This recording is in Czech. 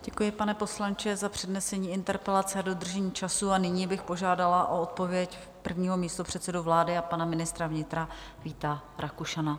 Děkuji, pane poslanče, za přednesení interpelace a dodržení času a nyní bych požádala o odpověď prvního místopředsedu vlády a pana ministra vnitra Víta Rakušana.